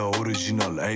original